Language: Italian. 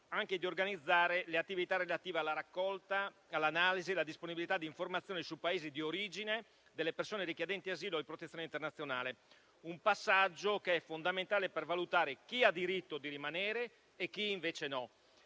quello di organizzare le attività relative alla raccolta, all'analisi e alla disponibilità di informazioni sui Paesi di origine delle persone richiedenti asilo e protezione internazionale, un passaggio che è fondamentale per valutare chi ha diritto di rimanere e chi invece no.